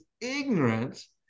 ignorance